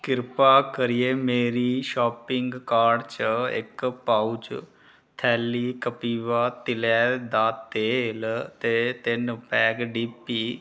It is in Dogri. कृपा करियै मेरे शॉपिंग कार्ड च इक पाउच थैली कपिवा तिलै दा तेल ते तिन्न पैक डी पी